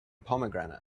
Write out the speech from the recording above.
pomegranate